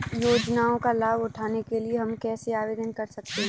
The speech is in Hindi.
योजनाओं का लाभ उठाने के लिए हम कैसे आवेदन कर सकते हैं?